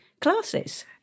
classes